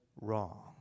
wrong